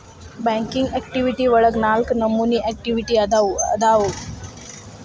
banking activity ಒಳಗ ನಾಲ್ಕ ನಮೋನಿ ಆಕ್ಟಿವಿಟಿ ಅದಾವು ಅದಾವು